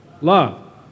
love